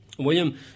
William